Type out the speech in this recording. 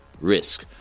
risk